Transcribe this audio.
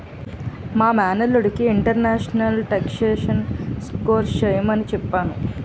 మా మేనల్లుడికి international taxation course చెయ్యమని చెప్పాను